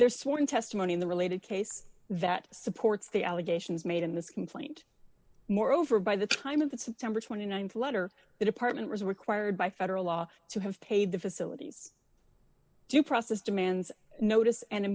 their sworn testimony in the related case that supports the allegations made in this complaint moreover by the time of the september th letter that apartment was required by federal law to have paid the facilities due process demands notice and a